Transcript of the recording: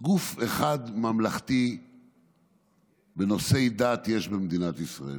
יש גוף אחד ממלכתי בנושאי דת במדינת ישראל,